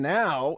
now